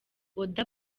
oda